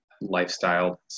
lifestyle